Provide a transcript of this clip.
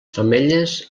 femelles